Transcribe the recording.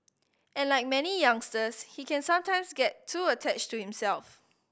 and like many youngsters he can sometimes get too attached to himself